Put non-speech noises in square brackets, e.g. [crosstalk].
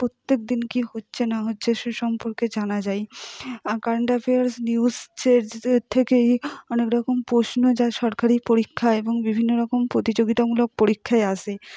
প্রত্যেক দিন কী হচ্ছে না হচ্ছে সেই সম্পর্কে জানা যায় আর কারেন্ট অ্যাফেয়ার্স নিউজ [unintelligible] থেকেই অনেক রকম প্রশ্ন যা সরকারি পরীক্ষায় এবং বিভিন্ন রকম প্রতিযোগিতামূলক পরীক্ষায় আসে